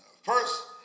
first